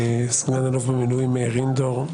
סגן אלוף במילואים מאיר אינדור,